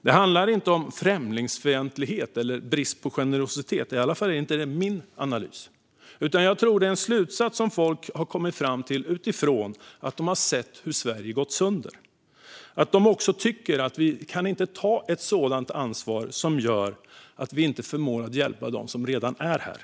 Det handlar inte om främlingsfientlighet eller brist på generositet - i alla fall är det inte min analys - utan jag tror att det är en slutsats som folk har kommit fram till utifrån att de har sett att Sverige har gått sönder. De tycker att vi inte kan ta ett så stort ansvar att vi inte förmår hjälpa dem som redan är här.